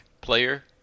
player